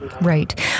Right